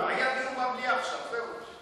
היה דיון במליאה עכשיו, זהו.